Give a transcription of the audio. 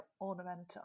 ornamental